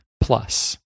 Plus